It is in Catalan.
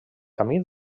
camí